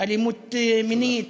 אלימות מינית.